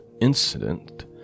incident